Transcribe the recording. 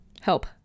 help